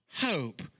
hope